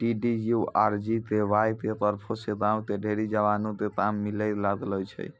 DDU आरु GKY के तरफो से गांव के ढेरी जवानो क काम मिलै लागलो छै